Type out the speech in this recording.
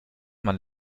man